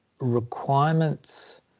requirements